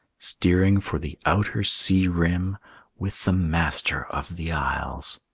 steering for the outer sea-rim with the master of the isles!